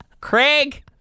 Craig